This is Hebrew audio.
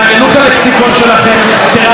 תרעננו את המדיניות שלכם,